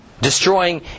destroying